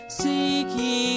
seeking